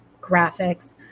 graphics